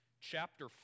chapter